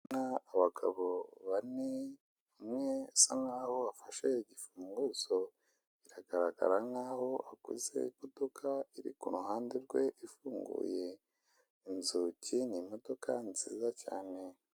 Ndabona abagabo bane umwe asa nkaho afashe igifunguzo biragaragara nkaho aguze imodoka iri ku ruhande rwe ifunguye inzugi ni imodoka nziza cyane.